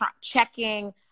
checking